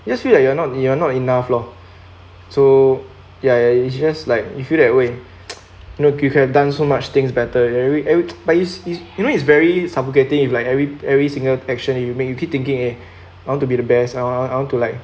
you just feel like you're not you're not enough lor so ya ya it's just like you feel that way you know if you have done so much things better and we and we but it's it's you know it's very suffocating if like every every single action you made you keep thinking eh I want to be the best I I want to be like